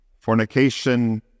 fornication